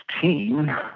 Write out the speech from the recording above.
team